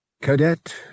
Cadet